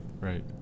Right